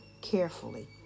carefully